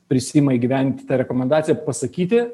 prisiima įgyvendinti tą rekomendaciją pasakyti